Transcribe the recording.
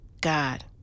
God